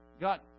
Got